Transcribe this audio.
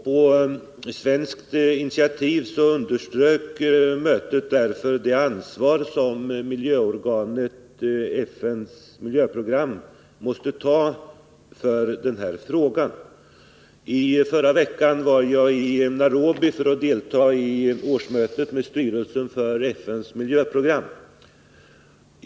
På svensktinitiativ underströk mötet därför det ansvar som organet FN:s miljöprogram måste ta i denna fråga. I förra veckan var jag i Nairobi för att delta i årsmötet med styrelsen för FN:s miljöprogram.